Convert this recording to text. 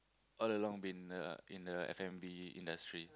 all along been uh in the f-and-b industry